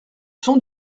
sont